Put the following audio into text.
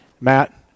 Matt